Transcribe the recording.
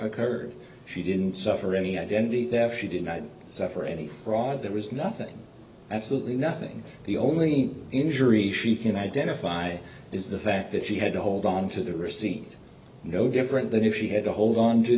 occurred she didn't suffer any identity theft she did not suffer any fraud there was nothing absolutely nothing the only injury she can identify is the fact that she had to hold on to the receipt no different than if she had to hold on to